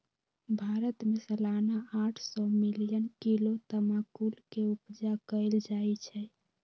भारत में सलाना आठ सौ मिलियन किलो तमाकुल के उपजा कएल जाइ छै